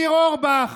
ניר אורבך